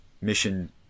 mission